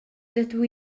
dydw